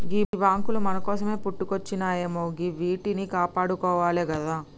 గీ బాంకులు మన కోసమే పుట్టుకొచ్జినయాయె గివ్విట్నీ కాపాడుకోవాలె గదా